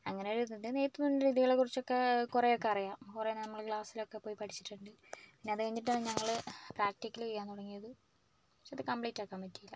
അങ്ങനെ നെയ്ത് രിതികളെ കുറിച്ച് ഒക്കെ കുറെ ഒക്കെ അറിയാം കുറെ നമ്മള് ക്ലാസ്സിലൊക്കെ പോയി പഠിച്ചിട്ടുണ്ട് പിന്നെ അത് കഴിഞ്ഞിട്ട് ഞങ്ങൾ പ്രാക്ടിക്കള് ചെയ്യാന് തുടങ്ങിയത് പക്ഷേ അത് കമ്പ്ലീറ്റ് ആക്കാന് പറ്റിയില്ല